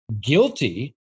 guilty